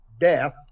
death